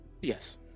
Yes